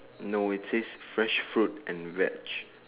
no it says fresh fruit and veg